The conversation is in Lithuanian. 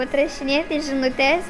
atrašinėti žinutes